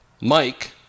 Mike